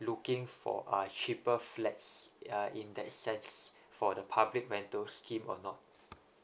looking for a cheaper flats uh in that sense for the public rental scheme or not